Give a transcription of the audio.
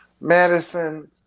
Madison